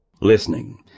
listening